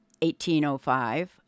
1805